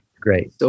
great